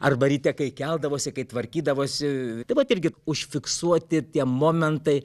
arba ryte kai keldavosi kai tvarkydavosi tai vat irgi užfiksuoti tie momentai